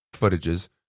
footages